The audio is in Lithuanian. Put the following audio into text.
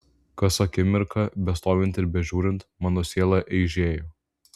kas akimirką bestovint ir bežiūrint mano siela eižėjo